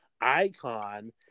icon